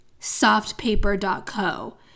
softpaper.co